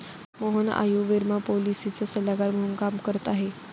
मोहन आयुर्विमा पॉलिसीचा सल्लागार म्हणून काम करत आहे